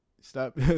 stop